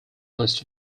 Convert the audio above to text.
list